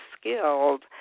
skilled